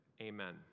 Amen